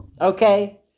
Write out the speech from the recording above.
okay